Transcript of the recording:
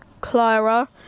Clara